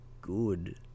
good